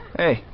hey